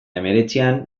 hemeretzian